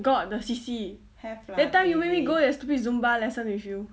got the C_C that time you make me go that stupid zumba lesson with you